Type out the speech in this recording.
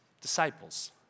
disciples